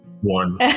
One